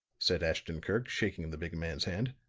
said ashton-kirk, shaking the big man's hand.